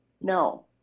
No